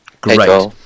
Great